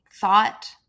thought